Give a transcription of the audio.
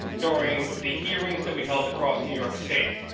during the hearings that we held across new york state,